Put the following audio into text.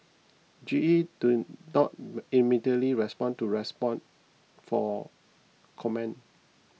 G E do not immediately respond to respond for comment